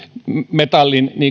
metallin